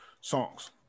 songs